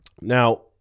Now